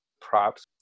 props